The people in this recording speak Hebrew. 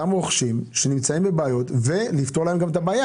רוכשים שיש להם בעיות ויהיה ניתן גם לפתור להם את הבעיות?